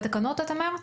בתקנות, אמרת?